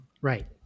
Right